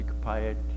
piety